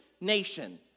nation